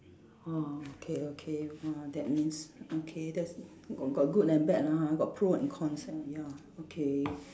orh okay okay !wah! that means okay that's got got good and bad lah got pro and cons ah ya okay